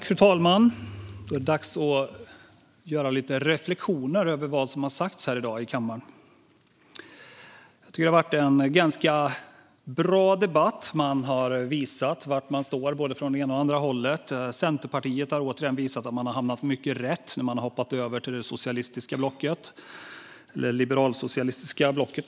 Fru talman! Det är dags att göra lite reflektioner kring vad som har sagts här i kammaren i dag. Jag tycker att det har varit en ganska bra debatt. Man har visat var man står från både det ena och det andra hållet. Centerpartiet har återigen visat att man har hamnat mycket rätt när man har hoppat över till det socialistiska blocket - eller numera det liberalsocialistiska blocket.